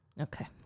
okay